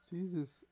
Jesus